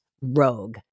Rogue